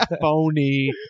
Phony